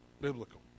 biblical